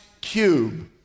cube